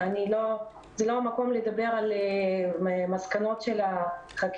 זה לא המקום לדבר על מסקנות החקירה,